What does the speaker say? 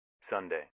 Sunday